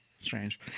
Strange